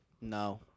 No